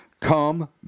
Come